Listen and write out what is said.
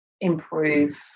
improve